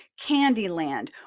Candyland